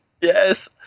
Yes